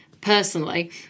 personally